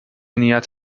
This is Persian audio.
نیت